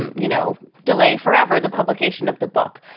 and you know, delay forever the publication of the book.